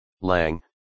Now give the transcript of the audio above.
lang